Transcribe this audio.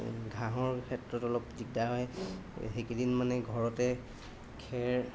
ঘাঁহৰ ক্ষেত্ৰত অলপ দিগদাৰ হয় সেইকেইদিন মানে ঘৰতে খেৰ